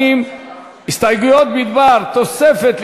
אנחנו עוברים להסתייגויות בדבר הפחתה